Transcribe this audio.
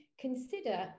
consider